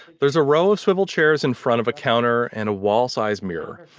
there's a row of swivel chairs in front of a counter and a wall-sized mirror.